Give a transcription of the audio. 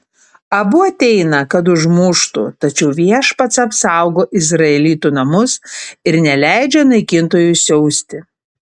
abu ateina kad užmuštų tačiau viešpats apsaugo izraelitų namus ir neleidžia naikintojui siausti